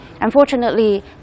Unfortunately